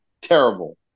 Terrible